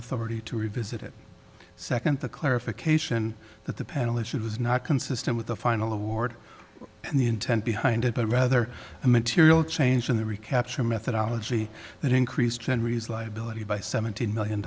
authority to revisit it second the clarification that the panel issued was not consistent with the final award and the intent behind it but rather a material change in the recapture methodology that increased and reason liability by seventeen million